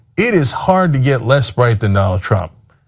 it is hard to get less bright than donald trump,